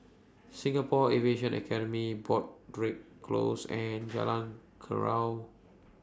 Singapore Aviation Academy Broadrick Close and Jalan